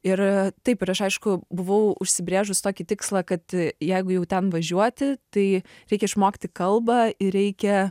ir taip ir aš aišku buvau užsibrėžus tokį tikslą kad jeigu jau ten važiuoti tai reikia išmokti kalbą ir reikia